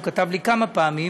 הוא כתב לי כמה פעמים,